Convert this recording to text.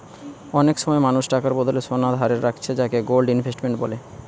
অনেক সময় মানুষ টাকার বদলে সোনা ধারে রাখছে যাকে গোল্ড ইনভেস্টমেন্ট বলে